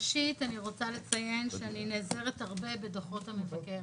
רוצה לציין שאני נעזרת הרבה בדוחות המבקר.